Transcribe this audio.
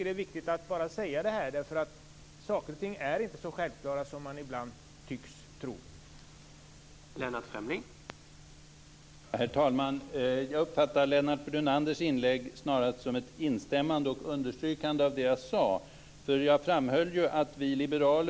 Det är viktigt att säga detta, eftersom saker och ting inte är så självklara som man ibland tycks tro.